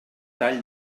tall